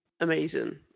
amazing